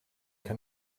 can